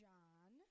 John